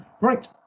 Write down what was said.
right